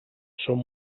són